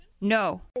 No